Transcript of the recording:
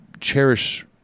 cherish